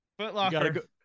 Footlocker